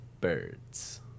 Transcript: birds